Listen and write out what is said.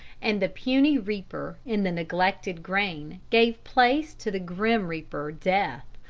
and the puny reaper in the neglected grain gave place to the grim reaper death,